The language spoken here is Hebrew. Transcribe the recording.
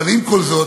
אבל עם כל זאת,